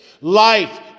life